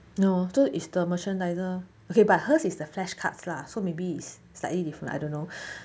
no so is the merchandiser okay but hers is the flash cards lah so maybe is slightly different I don't know